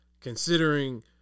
considering